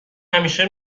همیشه